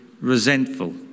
resentful